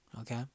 Okay